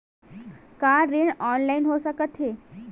का ऋण ऑनलाइन हो सकत हे?